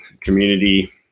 community